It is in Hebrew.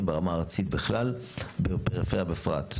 ברמה הארצית בכלל ובפריפריה בפרט,